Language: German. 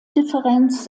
differenz